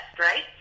right